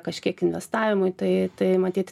kažkiek investavimui tai tai matyt